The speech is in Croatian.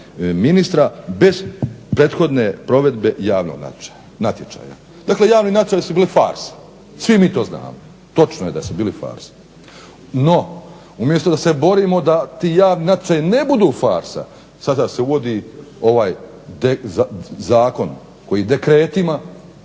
ministra bez prethodne provedbe javnog natječaja. Dakle, javni natječaji su bili farsa, svi mi to znamo, točno je da su bili farsa. No, umjesto da se borimo da ti javni natječaji ne budu farsa sada se uvodi ovaj Zakon koji dekretima